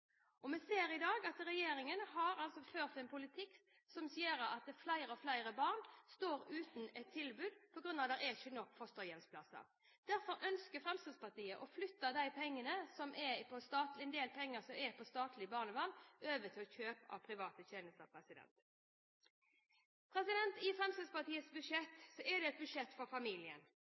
hjelp. Vi ser i dag at regjeringen har ført en politikk som gjør at flere og flere barn står uten et tilbud på grunn av at det ikke er nok fosterhjemsplasser. Derfor ønsker Fremskrittspartiet å flytte en del penger som går til statlig barnevern, over til kjøp av private tjenester. Fremskrittspartiets budsjett er et budsjett for familien.